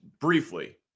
briefly